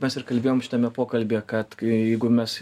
mes ir kalbėjom šitame pokalbyje kad kai jeigu mes